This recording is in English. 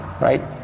Right